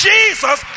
Jesus